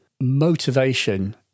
motivation